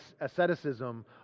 asceticism